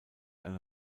eine